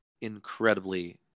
incredibly